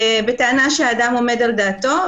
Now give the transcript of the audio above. בטענה שהאדם עומד על דעתו,